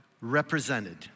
represented